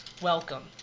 Welcome